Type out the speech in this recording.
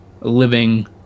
living